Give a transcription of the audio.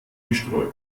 gestreut